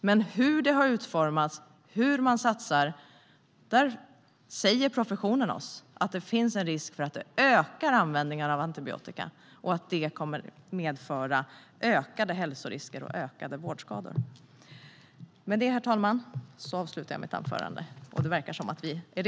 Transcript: Men när det gäller hur det har utformats, hur man satsar, säger professionen att det finns en risk att användningen av antibiotika ökar och att det kommer att medföra ökade hälsorisker och ökade vårdskador.